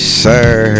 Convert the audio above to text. sir